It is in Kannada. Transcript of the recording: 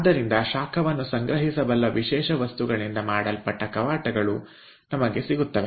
ಆದ್ದರಿಂದ ಶಾಖವನ್ನು ಸಂಗ್ರಹಿಸಬಲ್ಲ ವಿಶೇಷ ವಸ್ತುಗಳಿಂದ ಮಾಡಲ್ಪಟ್ಟ ಕವಾಟಗಳು ನಮಗೆ ಸಿಗುತ್ತದೆ